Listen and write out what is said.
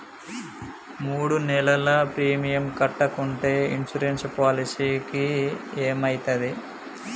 మూడు నెలలు ప్రీమియం కట్టకుంటే ఇన్సూరెన్స్ పాలసీకి ఏమైతది?